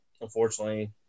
unfortunately